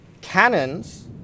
Cannons